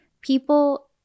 people